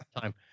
time